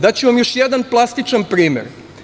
Daću vam još jedan plastičan primer.